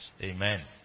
amen